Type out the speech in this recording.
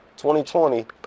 2020